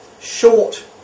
short